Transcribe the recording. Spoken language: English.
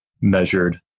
measured